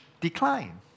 decline